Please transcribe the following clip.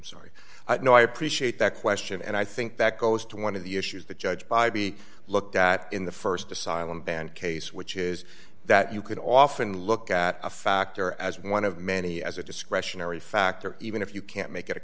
sorry no i appreciate that question and i think that goes to one of the issues that judge by be looked at in the st asylum and case which is that you can often look at a factor as one of many as a discretionary factor even if you can't make it a